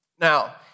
Now